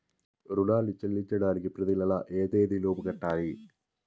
రుణాన్ని చెల్లించడానికి ప్రతి నెల ఏ తేదీ లోపు కట్టాలి?